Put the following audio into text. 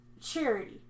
charity